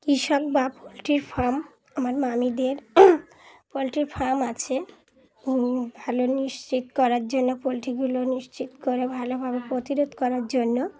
কৃষক বা পোলট্রির ফার্ম আমার মামিদের পোলট্রির ফার্ম আছে ভালো নিশ্চিত করার জন্য পোলট্রিগুলো নিশ্চিত করে ভালোভাবে প্রতিরোধ করার জন্য